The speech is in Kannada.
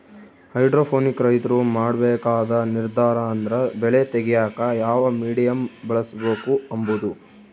ಹೈಡ್ರೋಪೋನಿಕ್ ರೈತ್ರು ಮಾಡ್ಬೇಕಾದ ನಿರ್ದಾರ ಅಂದ್ರ ಬೆಳೆ ತೆಗ್ಯೇಕ ಯಾವ ಮೀಡಿಯಮ್ ಬಳುಸ್ಬಕು ಅಂಬದು